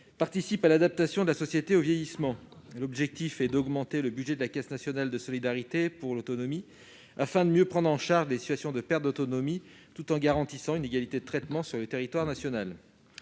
participent à l'adaptation de la société au vieillissement. L'objectif est d'augmenter le budget de la Caisse nationale de solidarité pour l'autonomie afin de mieux prendre en charge les situations de perte d'autonomie, tout en garantissant une égalité de traitement sur le territoire national.